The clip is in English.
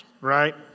right